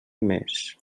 més